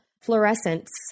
fluorescence